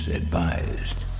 advised